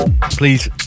please